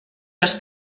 los